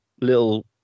little